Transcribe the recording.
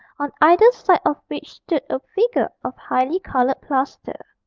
on either side of which stood a figure of highly coloured plaster.